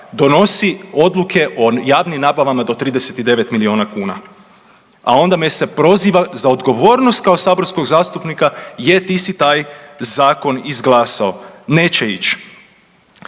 donosi odluke o javnim nabavama do 39 milijuna kuna, a onda me se proziva za odgovornost kao saborskog zastupnika, je ti si taj zakon izglasao. Neće ići.